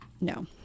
No